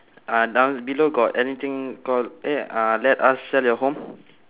uh down below got anything called eh uh let us sell your home